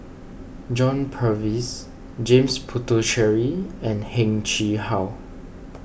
John Purvis James Puthucheary and Heng Chee How